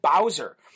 Bowser